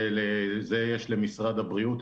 את זה יש למשרד הבריאות.